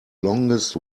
longest